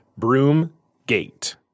Broomgate